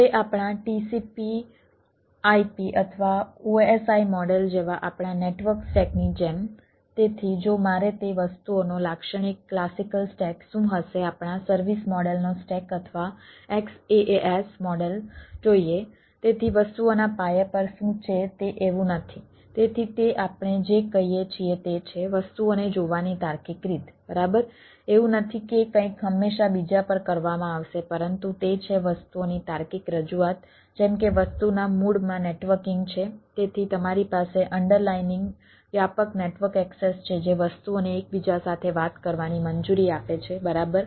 હવે આપણા TCPIP અથવા OSI મોડેલ જેવા આપણા નેટવર્ક સ્ટેકની જેમ તેથી જો મારે તે વસ્તુઓનો લાક્ષણિક ક્લાસિકલ વ્યાપક નેટવર્ક એક્સેસ છે જે વસ્તુઓને એકબીજા સાથે વાત કરવાની મંજૂરી આપે છે બરાબર